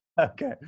Okay